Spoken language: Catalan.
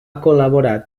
col·laborat